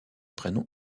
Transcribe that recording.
prénom